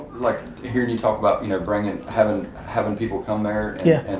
like, hearing you talk about, you know bringing, having having people come there. yeah.